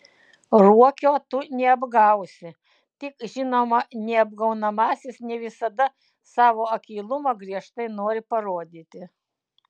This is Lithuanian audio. ruokio tu neapgausi tik žinoma neapgaunamasis ne visada savo akylumą griežtai nori parodyti